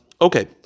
Okay